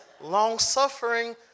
long-suffering